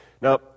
Now